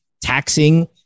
taxing